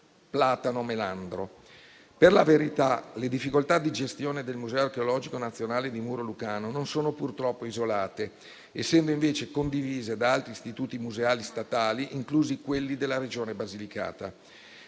Marmo-Platano-Melandro. Per la verità, le difficoltà di gestione del museo archeologico nazionale di Muro Lucano non sono purtroppo isolate, essendo invece condivise da altri istituti museali statali, inclusi quelli della Regione Basilicata.